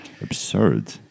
absurd